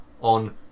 on